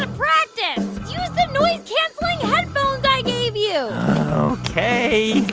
to practice. use the noise-canceling headphones i gave you ok